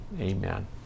amen